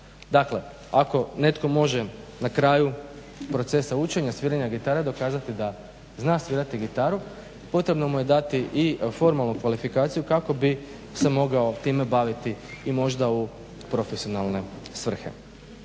Dakle ako netko može na kraju procesa učenja sviranja gitare dokazati da zna svirati gitaru potrebno mu je dati i formalnu kvalifikaciju kako bi se mogao time baviti i možda u profesionalne svrhe.